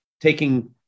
taking